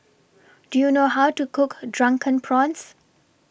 Do YOU know How to Cook Drunken Prawns